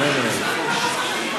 עזוב אותך, איציק.